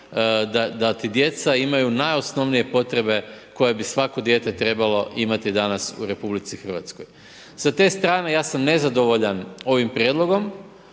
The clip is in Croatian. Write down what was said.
da ti djeca imaju najosnovnije potrebe, koje bi svako dijete trebalo imati danas u RH. S te strane ja sam nezadovoljan ovim prijedlogom,